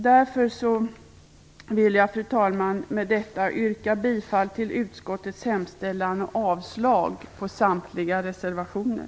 Därför vill jag med detta yrka bifall till utskottets hemställan och avslag på samtliga reservationer.